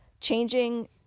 changing